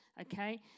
okay